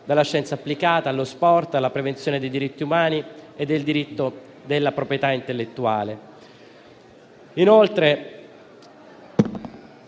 dalla scienza applicata allo sport, alla prevenzione dei diritti umani e al diritto della proprietà intellettuale.